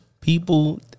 People